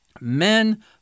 men